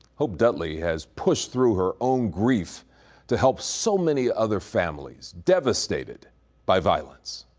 hope dudley has pushed through her own grief to help so many other families devastated by violence.